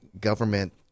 government